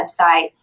website